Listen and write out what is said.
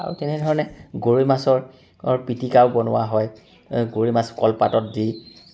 আৰু তেনেধৰণে গৰৈ মাছৰ পিটিকাও বনোৱা হয় গৰৈ মাছ কলপাতত দি